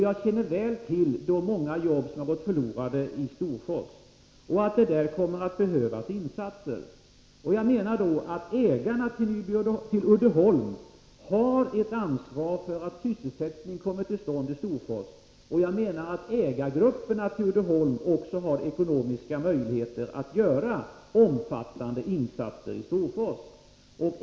Jag känner väl till hur många jobb som gått förlorade i Storfors och förstår att det där kommer att behövas insatser. Jag menar att ägarna till Uddeholm har ett ansvar för att sysselsättning kommer till stånd i Storfors, och jag menar också att de grupper som äger Uddeholm har ekonomiska möjligheter att göra omfattande insatser i Storfors.